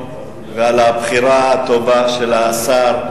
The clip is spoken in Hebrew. ועל הבחירה הטובה של השר.